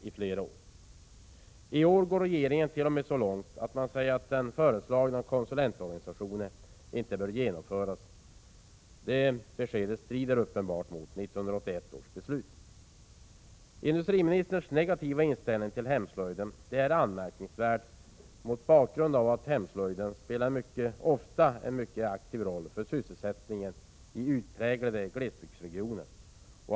I år går regeringen t.o.m. så långt att man säger att den föreslagna konsulentorganisationen inte bör genomföras. Det beskedet strider uppenbart mot 1981 års beslut. Industriministerns negativa inställning till hemslöjden är anmärkningsvärd mot bakgrund av att hemslöjden ofta spelar en mycket aktiv roll för sysselsättningen i utpräglade glesbygdsregioner.